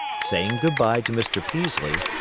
saying good-by to mr. peaslee,